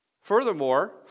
Furthermore